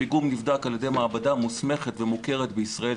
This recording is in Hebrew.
הפיגום נבדק על ידי מעבדה מוסמכת ומוכרת בישראל,